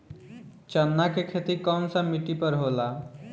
चन्ना के खेती कौन सा मिट्टी पर होला?